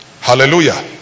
Hallelujah